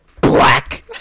Black